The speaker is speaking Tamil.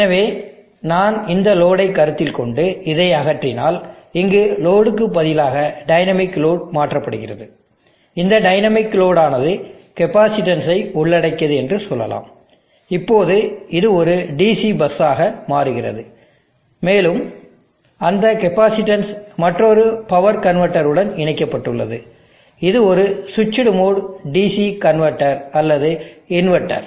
எனவே நான் இந்த லோடை கருத்தில் கொண்டு இதை அகற்றினால் இங்கு லோடுக்கு பதிலாக டைனமிக் லோடு மாற்றப்படுகிறது இந்த டைனமிக் லோடு ஆனது கெப்பாசிட்டென்ஸ் ஐ உள்ளடக்கியது என்று சொல்லலாம் இப்போது இது ஒரு DC பஸ் ஆக மாறுகிறது மேலும் அந்த கெப்பாசிட்டென்ஸ் மற்றொரு பவர் கன்வெர்ட்டர் உடன் இணைக்கப்பட்டுள்ளது இது ஒரு switched mode DC DC converter அல்லது இன்வெர்ட்டர்